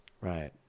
Right